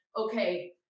okay